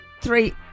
three